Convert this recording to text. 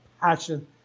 passion